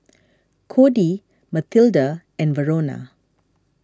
Cody Mathilde and Verona